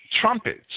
trumpets